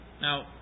Now